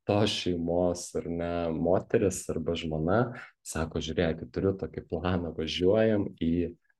tos šeimos ar ne moteris arba žmona sako žiūrėkit turiu tokį planą važiuojam į